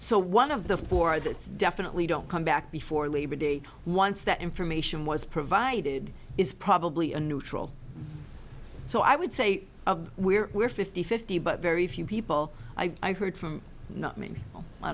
so one of the four that's definitely don't come back before labor day once that information was provided is probably a neutral so i would say of where we're fifty fifty but very few people i've heard from not me